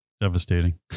devastating